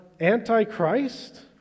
antichrist